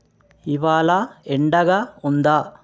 ఇవాళ ఎండగా ఉందా